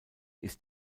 ist